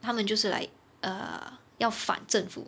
他们就是 like err 要反政府